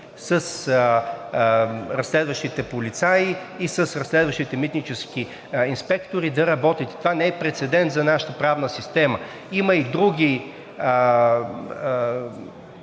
с разследващите полицаи и с разследващите митнически инспектори, да работят. Това не е прецедент за нашата правна система. Има и други